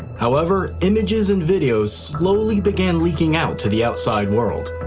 however, images and videos slowly began leaking out to the outside world.